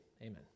Amen